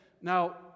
Now